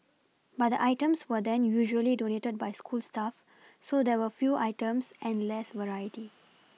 but the items were then usually donated by school staff so there were few items and less variety